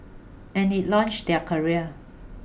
and it launched their career